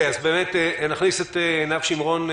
אז באמת נכניס את עינב שימרון,